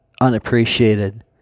unappreciated